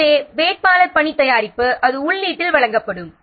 எனவே வேட்பாளர் பணி தயாரிப்பு அது உள்ளீட்டில் வழங்கப்படும்